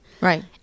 Right